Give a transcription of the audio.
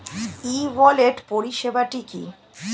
ই wallet পরিষেবাটি কি?